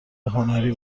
هنری